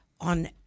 on